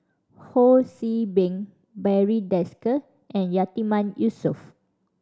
Ho See Beng Barry Desker and Yatiman Yusof